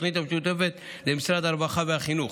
תוכנית המשותפת למשרדי הרווחה והחינוך.